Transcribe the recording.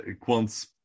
Quant